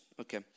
okay